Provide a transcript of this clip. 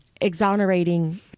exonerating